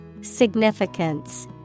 Significance